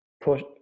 push